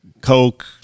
coke